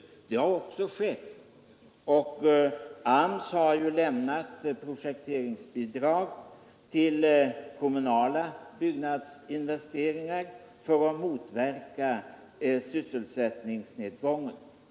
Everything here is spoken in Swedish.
Detta har också skett, och AMS har lämnat projekteringsbidrag till kommunala byggnadsinvesteringar för att motverka sysselsättningsnedgången.